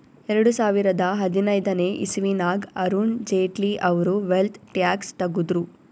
ಎರಡು ಸಾವಿರದಾ ಹದಿನೈದನೇ ಇಸವಿನಾಗ್ ಅರುಣ್ ಜೇಟ್ಲಿ ಅವ್ರು ವೆಲ್ತ್ ಟ್ಯಾಕ್ಸ್ ತಗುದ್ರು